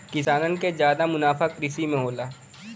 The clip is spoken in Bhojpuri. किसानन क जादा मुनाफा कृषि में होला